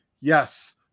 yes